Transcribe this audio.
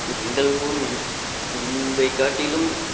எங்கள் ஊர் முன்பைக் காட்டிலும்